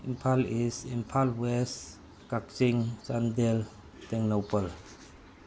Imphal east Imphal west Kakching Chandel Tengnoupal